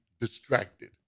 distracted